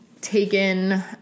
taken